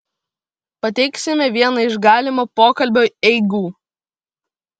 pateiksime vieną iš galimo pokalbio eigų